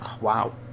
Wow